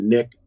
Nick